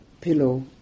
pillow